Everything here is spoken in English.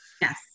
Yes